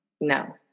No